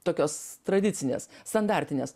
tokios tradicinės standartinės